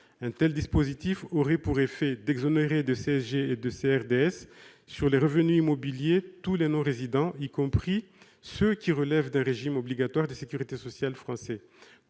Un tel dispositif aurait pour effet d'exonérer de CSG et de CRDS sur les revenus immobiliers tous les non-résidents, y compris ceux qui relèvent d'un régime obligatoire de sécurité sociale français.